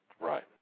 right